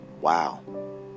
wow